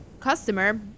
customer